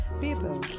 people